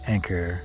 Anchor